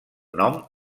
nom